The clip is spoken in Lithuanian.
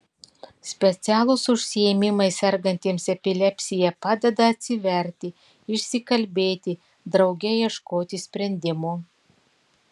specialūs užsiėmimai sergantiems epilepsija padeda atsiverti išsikalbėti drauge ieškoti sprendimų